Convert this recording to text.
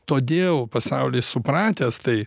todėl pasaulyje supratęs tai